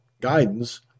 guidance